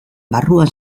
barruan